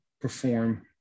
perform